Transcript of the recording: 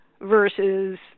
versus